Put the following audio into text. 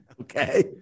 Okay